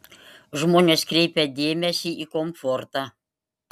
žmonės kreipia dėmesį į komfortą